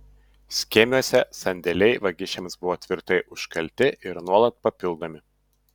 skėmiuose sandėliai vagišiams buvo tvirtai užkalti ir nuolat papildomi